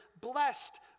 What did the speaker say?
blessed